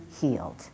healed